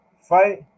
fight